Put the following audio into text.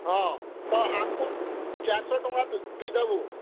ହଁ ତ ଆମ୍କୁ ଚାଏର୍ ଶହ ଟଙ୍କା ତୁଇ ଦେବୁ